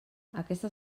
aquesta